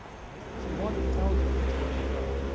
right? it's the one that tells you which way to go.